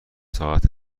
ساعت